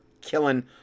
killing